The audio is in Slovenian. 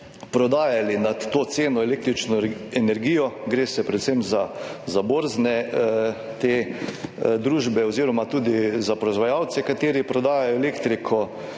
prodajali nad to ceno električno energijo, gre se predvsem za borzne te družbe oziroma tudi za proizvajalce, kateri prodajajo elektriko,